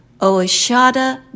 Oshada